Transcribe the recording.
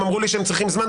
הם אמרו לי שהם צריכים זמן,